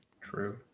true